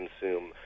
consume